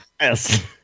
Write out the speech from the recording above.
Yes